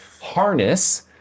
harness